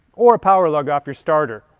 or power log off your starter,